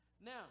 Now